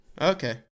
Okay